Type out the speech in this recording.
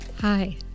Hi